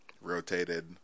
rotated